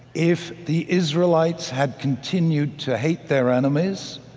if the israelites had continued to hate their enemies,